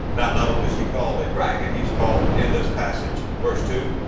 not not only is he called a dragon, he is called, in this passage, verse two,